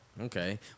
okay